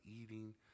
eating